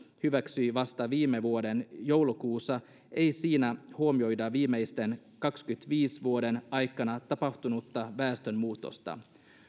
hyväksyi vasta viime vuoden joulukuussa ei siinä huomioida viimeisten kahdenkymmenenviiden vuoden aikana tapahtunutta väestönmuutosta